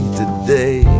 today